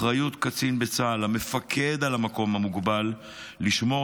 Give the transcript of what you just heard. אחריות קצין בצה"ל המפקד על המקום המוגבל לשמור